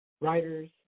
writers